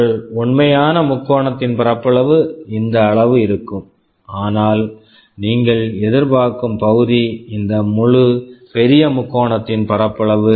உங்கள் உண்மையான முக்கோணத்தின் பரப்பளவு இந்த அளவு இருக்கும் ஆனால் நீங்கள் எதிர்பார்க்கும் பகுதி இந்த முழு பெரிய முக்கோணத்தின் பரப்பளவு